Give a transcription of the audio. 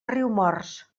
riumors